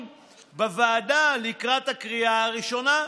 על זה בוועדה לקראת הקריאה הראשונה.